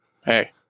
hey